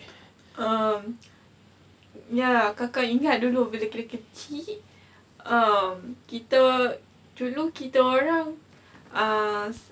um ya kakak ingat dulu bila kita kecil um kita dulu kita orang uh